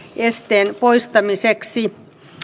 esteen poistamiseksi